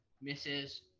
Misses